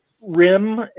rim